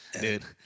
Dude